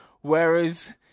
whereas